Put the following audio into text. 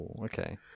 okay